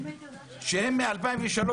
והן סובלות מ-2003,